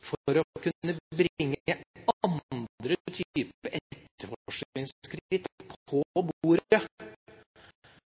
for å kunne bringe andre typer etterforskningsskritt på